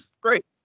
Great